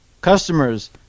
customers